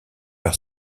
par